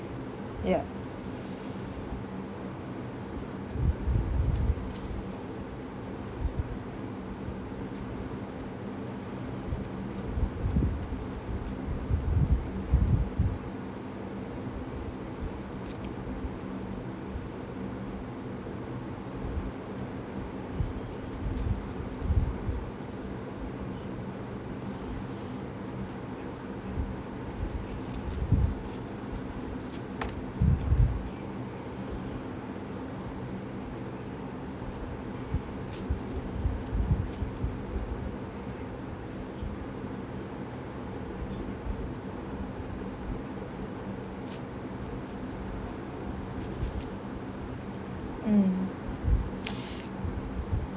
ya mm